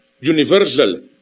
universal